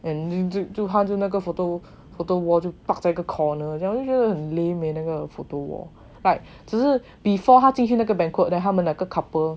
and 你你就他那个 photo photo wall park 在一个 corner 就觉得很 lame leh 那个那个 photo wall like 只是 before 他进去那个 banquet then 他们两个 couple